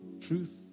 Truth